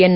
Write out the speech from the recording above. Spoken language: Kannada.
ಎನ್